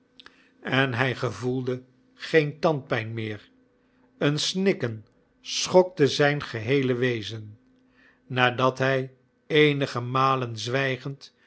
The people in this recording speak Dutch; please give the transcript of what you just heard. en hij gevoelde geen tandpijn meer een snikken schokte zijn geheele wezen nadat hij eenige malen zwijgend